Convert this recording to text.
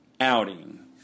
outing